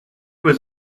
was